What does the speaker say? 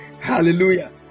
hallelujah